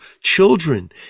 children